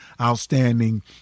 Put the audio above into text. outstanding